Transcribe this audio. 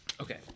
Okay